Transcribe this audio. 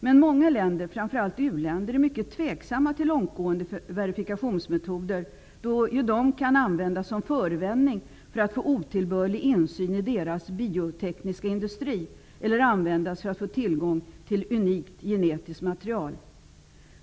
Men många länder, framför allt u-länder, är mycket tveksamma till långtgående verifikationsmetoder, då ju dessa kan användas som en förevändning för att få otillbörlig insyn i ländernas biotekniska industri eller användas för att få tillgång till unikt genetiskt material.